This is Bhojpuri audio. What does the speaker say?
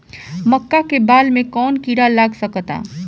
मका के बाल में कवन किड़ा लाग सकता?